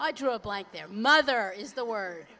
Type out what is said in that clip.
i drew up like their mother is the word